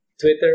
Twitter